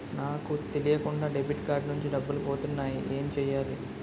నాకు తెలియకుండా debit card నుంచి డబ్బులు పోతున్నాయి ఎం చెయ్యాలి?